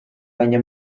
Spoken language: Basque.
baina